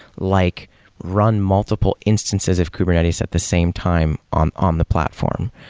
like run multiple instances of kubernetes at the same time on um the platform,